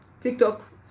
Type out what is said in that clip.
TikTok